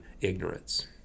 ignorance